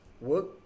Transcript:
work